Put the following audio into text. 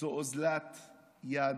זו אוזלת יד,